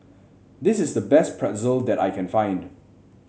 this is the best Pretzel that I can find